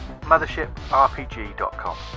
mothershiprpg.com